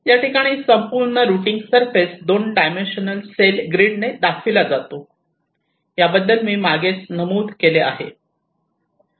या ठिकाणी संपूर्ण routing surface 2 dimensional cell grid ने दाखविला जातो याबद्दल मागे नमूद केले आहे